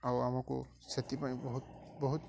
ଆଉ ଆମକୁ ସେଥିପାଇଁ ବହୁତ ବହୁତ